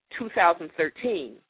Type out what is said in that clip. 2013